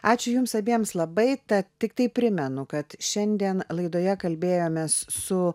ačiū jums abiems labai tad tiktai primenu kad šiandien laidoje kalbėjomės su